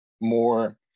more